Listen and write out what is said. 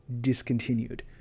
discontinued